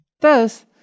Thus